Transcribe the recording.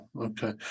okay